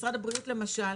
משרד הבריאות למשל,